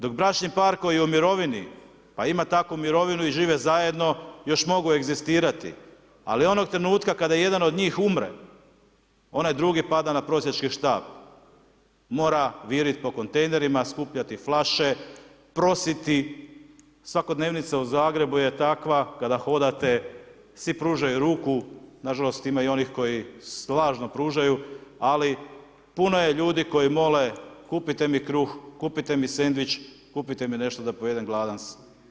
Dok bračni par koji je u mirovini, pa ima takvu mirovinu i žive zajedno još mogu egzistirati, ali onog trenutka kada jedan od njih umre, onaj drugi pada na prosjački štap, mora virit po kontejnerima, skupljati flaše, prositi, svakodnevnica u Zagrebu je takva kada hodate svi pružaju ruku, nažalost ima i onih koji snažno pružaju, ali puno je ljudi koji mole kupite mi kruh, kupite mi sendvič, kupite mi nešto da pojedem gladan sam.